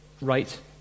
right